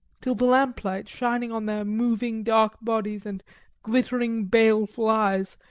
till the lamplight, shining on their moving dark bodies and glittering, baleful eyes,